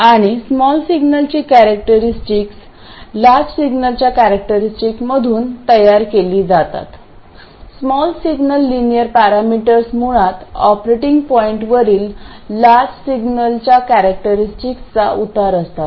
आणि स्मॉल सिग्नलची characteristic large सिग्नलच्या कॅरॅक्टरीस्टिकमधून तयार केली जातात स्मॉल सिग्नल लिनियर पॅरामीटर्स मुळात ऑपरेटिंग पॉईंटवरील लार्ज सिग्नलच्या कॅरॅक्टरीस्टिकचा उतार असतात